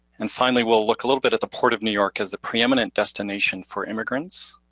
and finally we'll look a little bit at the port of new york as the preeminent destination for immigrants.